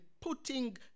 putting